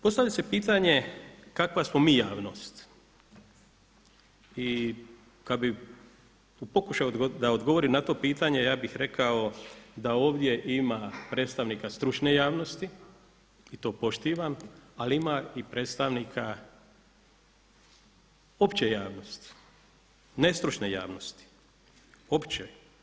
Postavlja se pitanje, kakva smo mi javnost i kada bi pokušao odgovoriti na to pitanje, ja bih rekao da ovdje ima predstavnika stručne javnosti i to poštivam, ali ima i predstavnika opće javnosti, nestručne javnosti, opće.